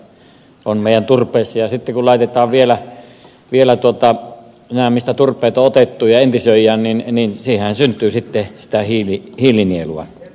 sitten kun laitetaan vielä nämä mistä turpeet on otettu ja entisöidään niin siinähän syntyy sitten sitä hiilinielua